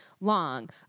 long